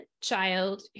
child